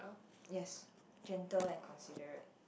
yes gentle and considerate